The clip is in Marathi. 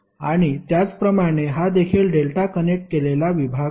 आणि त्याचप्रमाणे हा देखील डेल्टा कनेक्ट केलेला विभाग आहे